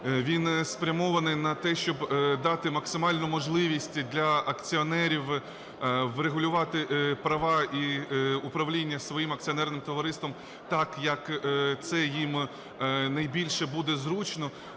Він спрямований на те, щоб дати максимальну можливість для акціонерів врегулювати права і управління своїм акціонерним товариством так, як це їм найбільше буде зручно.